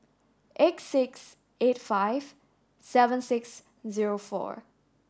eight six eight five seven six zero four